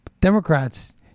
Democrats